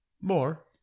More